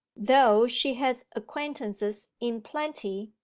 though she has acquaintances in plenty,